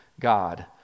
God